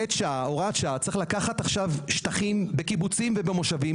לכן צריך לקחת עכשיו שטחים של המדינה בקיבוצים ומושבים,